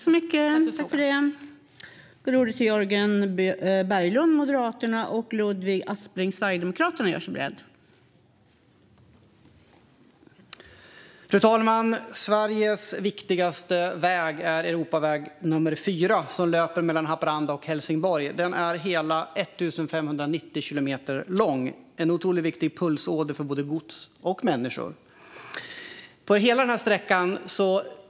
Tack för frågan!